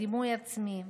על דימוי עצמי.